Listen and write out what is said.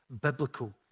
biblical